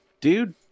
dude